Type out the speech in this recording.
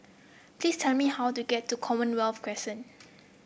please tell me how to get to Commonwealth Crescent